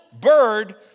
bird